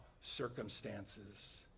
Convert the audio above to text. circumstances